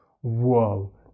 whoa